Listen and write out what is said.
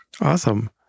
Awesome